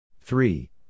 Three